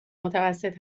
متوسط